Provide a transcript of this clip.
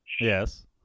Yes